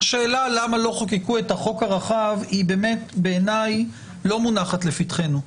השאלה למה לא חוקקו את החוק הרחב לא מונחת לפתחנו,